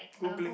googling